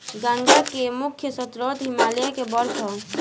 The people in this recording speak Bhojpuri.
गंगा के मुख्य स्रोत हिमालय के बर्फ ह